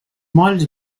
molls